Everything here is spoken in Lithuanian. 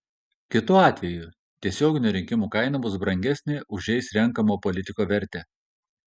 kitu atveju tiesioginių rinkimų kaina bus brangesnė už jais renkamo politiko vertę